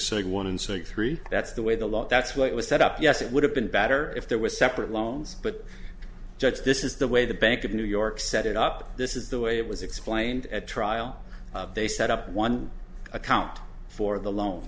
say one in six three that's the way the law that's what was set up yes it would have been better if there was separate loans but judge this is the way the bank of new york set it up this is the way it was explained at trial they set up one account for the loan